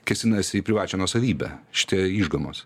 kėsinasi į privačią nuosavybę šitie išgamos